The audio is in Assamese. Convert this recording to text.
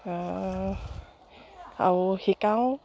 আৰু শিকাওঁ